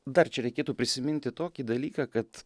dar čia reikėtų prisiminti tokį dalyką kad